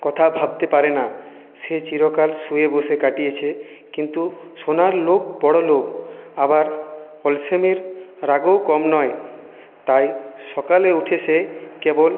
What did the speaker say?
কথা ভাবতে পারে না সে চিরকাল শুয়ে বসে কাটিয়েছে কিন্তু সোনার লোভ বড়ো লোভ আবার পরিশ্রমের র রাগও কম নয় তাই সকালে উঠে সে কেবল